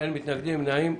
אין מתנדים, אין נמנעים.